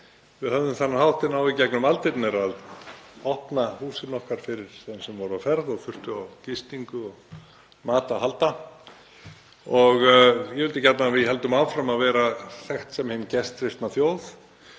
Við höfðum þann háttinn á í gegnum aldirnar að opna húsin okkar fyrir þeim sem voru á ferð og þurftu gistingu og mat að halda og ég vildi gjarnan að við héldum áfram að vera þekkt sem hinn gestrisna þjóð.